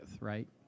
right